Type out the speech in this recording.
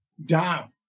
down